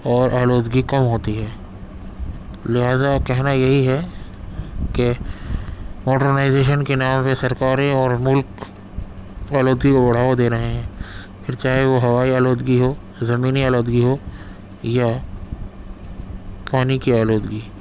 اور آلودگی کم ہوتی ہے لہذا کہنا یہی ہے کہ ماڈرنائزیشن کے نام پہ سرکاریں اور ملک آلودگی کو بڑھاوا دے رہے ہیں پھر چاہے وہ ہوائی آلودگی ہو زمینی آلودگی ہو یا پانی کی آلودگی